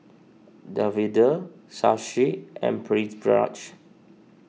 Davinder Shashi and Pritiviraj